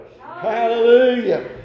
Hallelujah